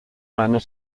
manner